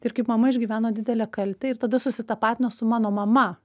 ir kaip mama išgyveno didelę kaltę ir tada susitapatino su mano mama